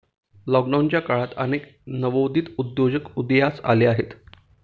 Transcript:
लॉकडाऊनच्या काळात अनेक नवोदित उद्योजक उदयास आले आहेत